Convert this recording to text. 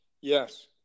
Yes